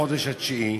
בחודש התשיעי.